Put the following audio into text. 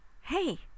hey